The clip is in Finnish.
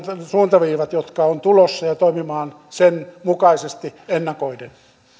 suuntaviivat jotka ovat tulossa ja toimimaan sen mukaisesti ennakoiden